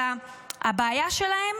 אלא הבעיה שלהם